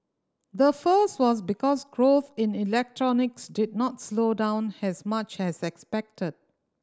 the first was because growth in electronics did not slow down has much has expected